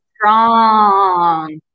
Strong